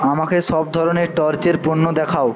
আমাকে সব ধরনের টর্চের পণ্য দেখাও